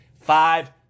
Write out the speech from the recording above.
five